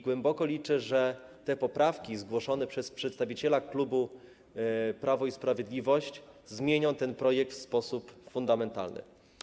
Głęboko liczę, że poprawki zgłoszone przez przedstawiciela klubu Prawo i Sprawiedliwość zmienią ten projekt w sposób fundamentalny.